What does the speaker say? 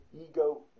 ego